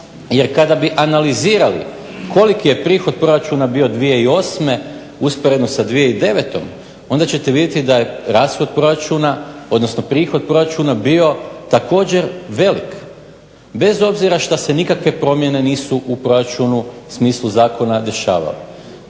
Jer kada bi analizirali koliki je prihod proračuna bio 2008. Usporedno sa 2009. Onda ćete vidjeti da je prihod proračuna bio također velik, bez obzira što se nikakve promjene u proračunu, u smislu zakona dešavale.